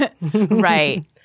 right